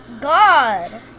God